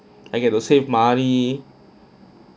I get to save money